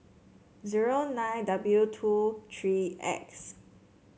zero nine W two tree X